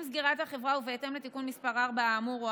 עם סגירת החברה ובהתאם לתיקון מס' 4 האמור,